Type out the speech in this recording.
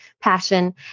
passion